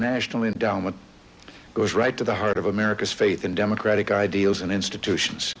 national endowment goes right to the heart of america's faith in democratic ideals and institutions